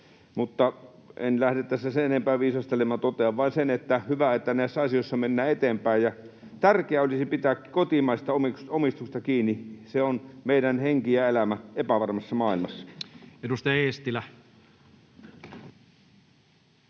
Mutta en lähde tässä sen enempää viisastelemaan. Totean vain sen, että hyvä, että näissä asioissa mennään eteenpäin, ja tärkeää olisi pitää kotimaisesta omistuksesta kiinni. Se on meidän henki ja elämä epävarmassa maailmassa. [Speech